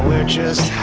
which is